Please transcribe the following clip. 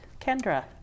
Kendra